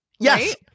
Yes